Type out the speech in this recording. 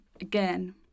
again